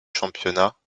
championnats